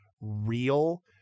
real